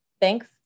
Thanks